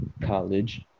college